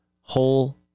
whole